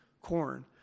corn